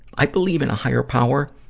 i believe in a higher power,